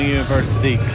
University